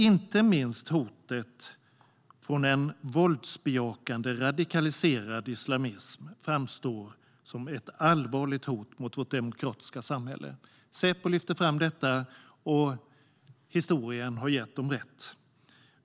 Inte minst hotet från en våldsbejakande, radikaliserad islamism framstår som ett allvarligt hot mot vårt demokratiska samhälle. Säpo har lyft fram detta, och historien har gett dem rätt.